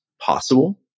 possible